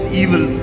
evil